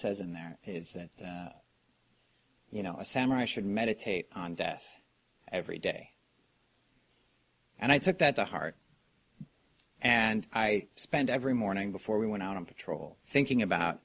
says in there is that you know a samurai should meditate on death every day and i took that to heart and i spent every morning before we went out on patrol thinking about